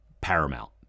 paramount